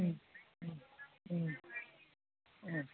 उम उम उम उम